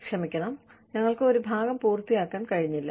ക്ഷമിക്കണം ഞങ്ങൾക്ക് ഒരു ഭാഗം പൂർത്തിയാക്കാൻ കഴിഞ്ഞില്ല